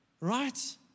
Right